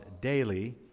daily